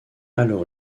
alors